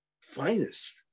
finest